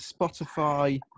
Spotify